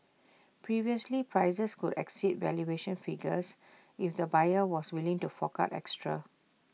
previously prices could exceed valuation figures if the buyer was willing to fork out extra